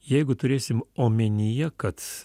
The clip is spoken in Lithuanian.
jeigu turėsim omenyje kad